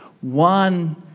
one